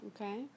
Okay